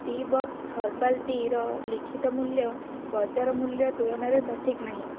ଟି box herbal ଟିର ଲିଖିତ ମୂଲ୍ୟ ବଜାର ମୂଲ୍ୟ ତୁଳନାରେ ସଠିକ୍ ନାହିଁ